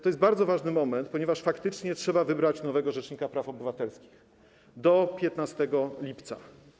To jest bardzo ważny moment, ponieważ faktycznie trzeba wybrać nowego rzecznika praw obywatelskich, do 15 lipca.